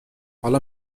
حالا